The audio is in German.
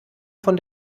von